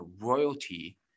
royalty